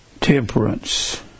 Temperance